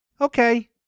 okay